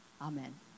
amen